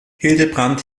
hildebrand